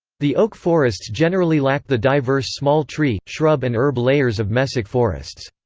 the oak forests generally lack the diverse small tree, shrub and herb layers of mesic forests.